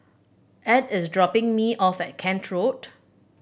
Edw is dropping me off at Kent Road